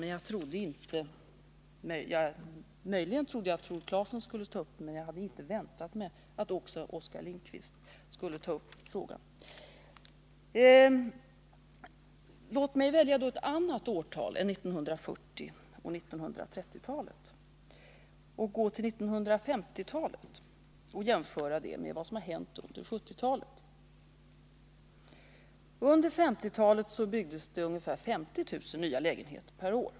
Jag kunde möjligen tänka mig att Tore Claeson skulle ta upp sådana argument här, men jag hade inte väntat mig att också Oskar Lindkvist skulle göra det. Låt mig då välja ett annat årtal än 1930 och 1940-talen och gå till 1950-talet och jämföra det med vad som har hänt under 1970-talet. Under 1950-talet byggdes ungefär 50 000 nya lägenheter per år.